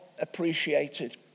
appreciated